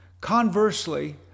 Conversely